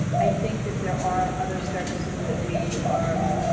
i think that there are other services that we are.